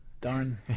darn